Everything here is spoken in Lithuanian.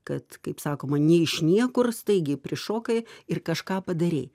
kad kaip sakoma nei iš niekur staigiai prišokai ir kažką padarei